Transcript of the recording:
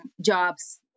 jobs